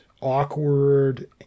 awkward